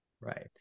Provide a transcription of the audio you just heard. Right